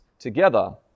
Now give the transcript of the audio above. Together